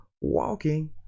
walking